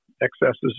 excesses